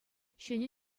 ҫӗнӗ